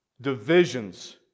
divisions